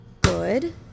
Good